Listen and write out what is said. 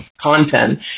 content